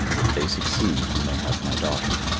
if they succeed, you may have my daughter.